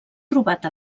trobat